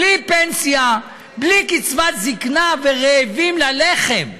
בלי פנסיה, בלי קצבת זקנה ורעבים ללחם,